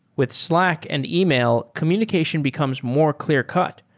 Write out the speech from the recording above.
with slack and email, communication becomes more clear cut.